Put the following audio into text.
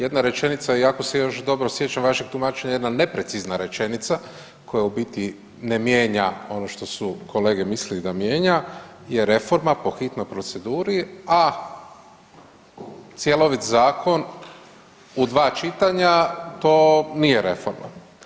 Jedna rečenica, iako se još dobro sjećam vašeg tumačenja, jedna neprecizna rečenica koja u biti ne mijenja ono to su kolege mislili da mijenja je reforma po hitnoj proceduri, a cjelovit zakon u 2 čitanja, to nije reforma.